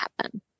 happen